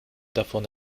davon